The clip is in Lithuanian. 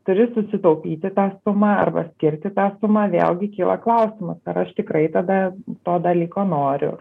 turi susitaupyti tą sumą arba skirti tą sumą vėlgi kyla klausimas ar aš tikrai tada to dalyko noriu